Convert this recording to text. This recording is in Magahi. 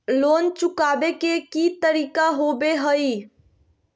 लोन चुकाबे के की तरीका होबो हइ?